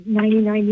99